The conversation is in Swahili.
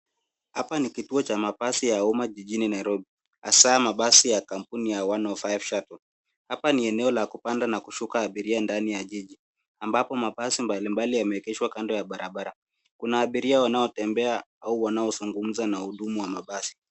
Hapa ni kituo cha mabasi ya uma jijini Nairobi, hasa mabasi ya kampuni ya 105 Shuttle. Hapa ni eneo la kupanda na kushuka abiria ndani ya jiji ambapo mabasi mbalimbali yameegeshwa kando ya barabara kuna abiria wanaotembea au wanaozungumza na wahudumu wa mabasi.